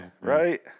right